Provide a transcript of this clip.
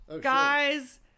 guys